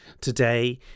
Today